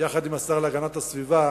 יחד עם השר להגנת הסביבה,